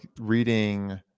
reading